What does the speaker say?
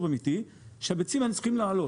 אמיתי לכך שמחיר הביצים היה צריך לעלות.